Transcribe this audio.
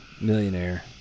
Millionaire